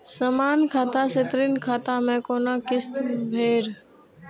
समान खाता से ऋण खाता मैं कोना किस्त भैर?